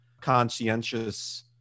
conscientious